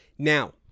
Now